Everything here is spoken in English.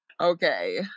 okay